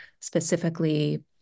specifically